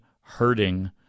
hurting